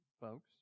folks